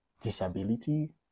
disability